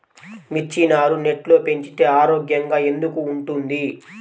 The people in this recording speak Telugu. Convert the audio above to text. మిర్చి నారు నెట్లో పెంచితే ఆరోగ్యంగా ఎందుకు ఉంటుంది?